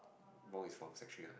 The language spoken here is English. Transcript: wrong is from Sec three ah